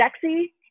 sexy